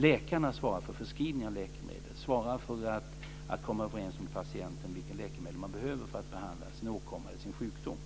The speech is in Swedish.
Läkarna svarar för förskrivning av läkemedel - för att komma överens med patienten om vilket läkemedel han eller hon behöver för att behandla sin åkomma eller sin sjukdom.